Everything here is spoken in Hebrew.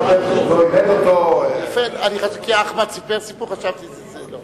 אני חשבתי, כי אחמד סיפר סיפור, חשבתי שזה זה.